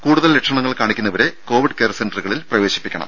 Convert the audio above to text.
കൂടുതൽ ലക്ഷണങ്ങൾ കാണിക്കുന്നവരെ കൊവിഡ് കെയർ സെന്ററുകളിൽ പ്രവേശിപ്പിക്കണം